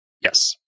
Yes